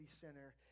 Center